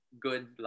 good